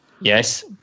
Yes